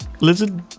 lizard